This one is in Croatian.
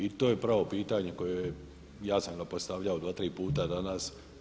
I to je pravo pitanje koje ja sam ga postavljao dva, tri puta danas.